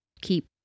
keep